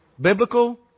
Biblical